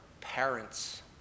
parents